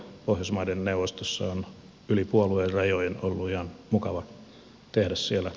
pohjoismaiden neuvostossa on yli puoluerajojen ollut ihan mukava tehdä työtä